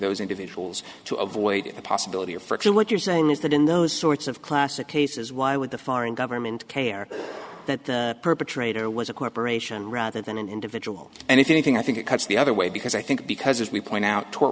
those individuals to avoid the possibility of friction what you're saying is that in those sorts of classic cases why would the foreign government care that the perpetrator was a corporation rather than an individual and if anything i think it cuts the other way because i think because as we point out tort